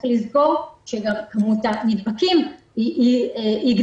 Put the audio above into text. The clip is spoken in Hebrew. צריך לזכור שגם כמות הנדבקים גדלה.